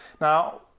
Now